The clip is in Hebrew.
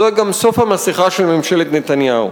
זה גם סוף המסכה של ממשלת נתניהו.